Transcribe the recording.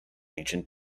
ancient